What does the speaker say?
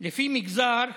לפי מגזר,